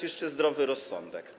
Jeszcze zdrowy rozsądek.